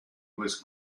was